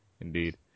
Indeed